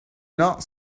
not